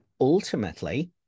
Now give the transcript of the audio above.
ultimately